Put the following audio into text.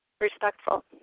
respectful